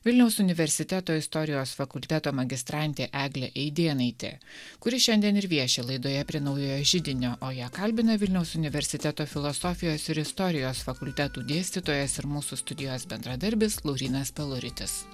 vilniaus universiteto istorijos fakulteto magistrantė eglė eidėnaitė kuri šiandien ir vieši laidoje prie naujojo židinio o ją kalbina vilniaus universiteto filosofijos ir istorijos fakultetų dėstytojas ir mūsų studijos bendradarbis laurynas peluritis